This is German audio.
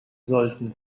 sollten